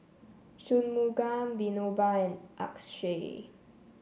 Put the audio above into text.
Shunmugam Vinoba and Akshay